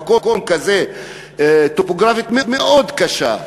המקום הזה טופוגרפית מאוד קשה,